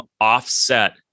offset